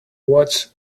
watch